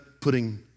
putting